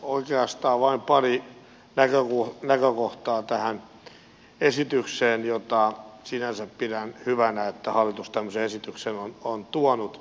oikeastaan vain pari näkökohtaa tähän esitykseen sinänsä pidän hyvänä että hallitus tämmöisen esityksen on tuonut